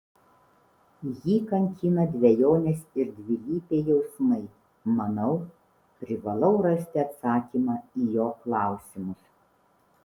jį kankina dvejonės ir dvilypiai jausmai manau privalau rasti atsakymą į jo klausimus